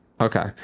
Okay